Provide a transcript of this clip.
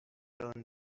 turn